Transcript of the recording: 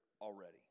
already